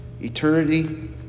Eternity